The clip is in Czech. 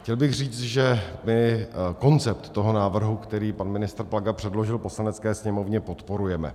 Chtěl bych říct, že my koncept toho návrhu, který pan ministr Plaga předložil Poslanecké sněmovně, podporujeme.